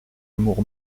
amour